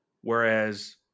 Whereas